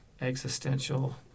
Existential